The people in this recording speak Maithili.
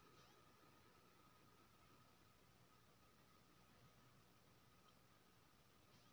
कोनो व्यापारी प्रतिष्ठान जखन करार कइर के देल जाइ छइ त ओकरा व्यापारिक लीज कहल जाइ छइ